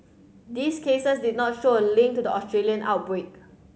these cases did not show a link to the Australian outbreak